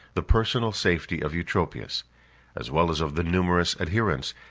the personal safety of eutropius as well as of the numerous adherents,